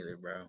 bro